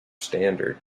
standard